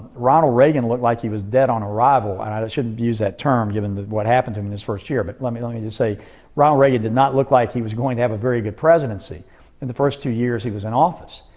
ronald reagan looked like he was dead on arrival and i shouldn't use that term given what happened to him in his first year but let me let me just say ronald reagan did not look like he was going to have a very good presidency in the first two years he was in office.